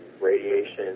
radiation